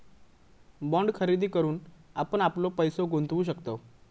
bond खरेदी करून आपण आपलो पैसो गुंतवु शकतव